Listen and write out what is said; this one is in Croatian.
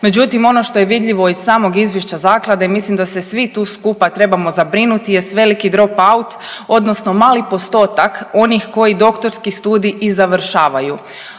međutim ono što je vidljivo iz samog izvješća zaklade i mislim da se svi tu skupa trebamo zabrinuti jest veliki dropout odnosno mali postotak onih koji doktorski studij i završavaju.